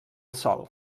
sol